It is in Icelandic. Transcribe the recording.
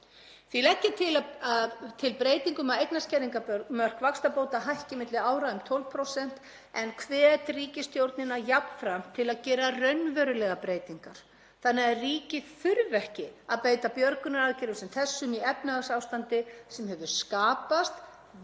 Því legg ég til breytingu um að eignarskerðingamörk vaxtabóta hækki milli ára um 12%, en hvet ríkisstjórnina jafnframt til að gera raunverulegar breytingar þannig að ríkið þurfi ekki að beita björgunaraðgerðum sem þessum í efnahagsástandi sem hefur skapast vegna